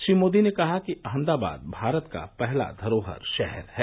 श्री मोदी ने कहा कि अहमदाबाद भारत का पहला धरोहर शहर है